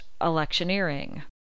electioneering